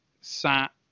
sat